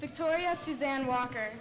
victoria susanne walker